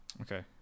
Okay